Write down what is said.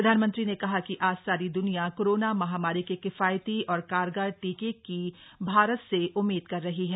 प्रधानमंत्री ने कहा कि आज सारी द्रनिया कोरोना महामारी के किफायती और कारगर टीके की भारत से उम्मीद कर रही है